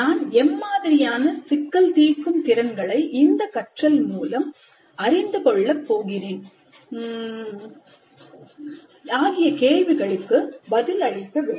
நான் எம்மாதிரியான சிக்கல் தீர்க்கும் திறன்களை இந்த கற்றல் மூலம் அறிந்து கொள்ள போகிறேன் ஆகிய கேள்விகளுக்கு பதில் அளிக்க வேண்டும்